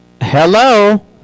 Hello